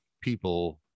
people